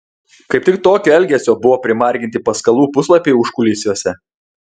kaip tik tokio elgesio buvo primarginti paskalų puslapiai užkulisiuose